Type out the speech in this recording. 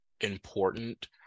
important